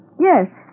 yes